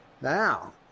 Now